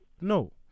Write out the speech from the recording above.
No